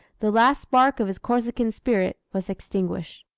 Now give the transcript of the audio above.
the last spark of his corsican spirit was extinguished.